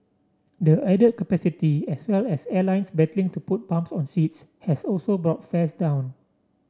the added capacity as well as airlines battling to put bums on seats has also brought fares down